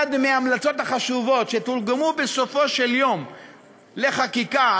אחת מההמלצות החשובות שתורגמו בסופו של יום לחקיקה,